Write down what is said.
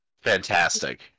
Fantastic